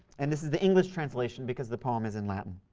and this is the english translation because the poem is in latin